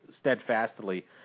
steadfastly